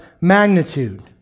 magnitude